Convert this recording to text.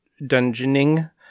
dungeoning